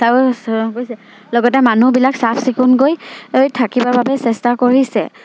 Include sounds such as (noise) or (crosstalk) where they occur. (unintelligible) লগতে মানুহবিলাক চাফ চিকুণকৈ থাকিবৰ বাবে চেষ্টা কৰিছে